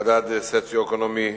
מדד סוציו-אקונומי